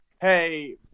hey